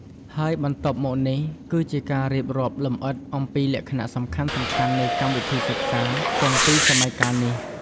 ហើយបន្ទាប់មកនេះគឺជាការរៀបរាប់លម្អិតអំពីលក្ខណៈសំខាន់ៗនៃកម្មវិធីសិក្សាទាំងពីរសម័យកាលនេះ។